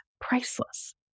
priceless